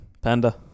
panda